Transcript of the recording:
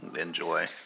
enjoy